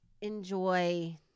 enjoy